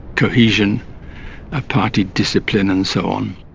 cohesion ah party discipline and so on.